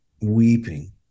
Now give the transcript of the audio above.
weeping